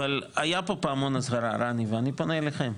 אבל היה פה פעמון אזהרה רני ואני פונה אליכם,